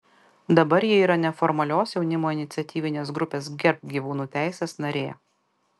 dabar ji yra neformalios jaunimo iniciatyvinės grupės gerbk gyvūnų teises narė